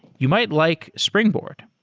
you might like springboard.